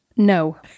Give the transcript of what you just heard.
No